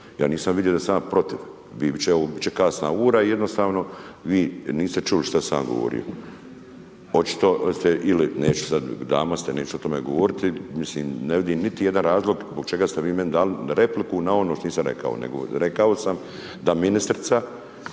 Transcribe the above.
Ja nisam vidio da sam ja protiv. Biti će ovo kasna ura i jednostavno vi niste čuli o čemu sam ja govorio. Očito ste ili, neću sad, dama ste neću o tome govoriti. Mislim ne vidim niti jedan razlog, zbog čega ste vi meni dali repliku na ono što nisam rekao, nego rekao sam da ministrica